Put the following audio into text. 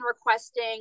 requesting